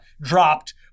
dropped